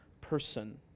person